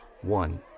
one